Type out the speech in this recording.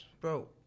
Bro